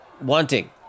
wanting